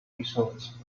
results